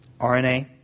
RNA